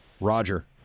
Roger